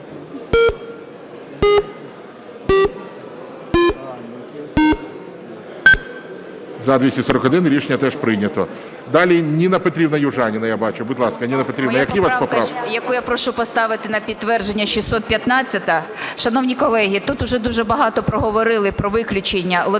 За-241 Рішення теж прийнято. Далі, Ніна Петрівна Южаніна, я бачу. Будь ласка, Ніна Петрівна, які у вас поправки? 14:34:17 ЮЖАНІНА Н.П. Моя поправка, яку я прошу поставити на підтвердження, 615. Шановні колеги, тут уже дуже багато проговорили про виключення лотерей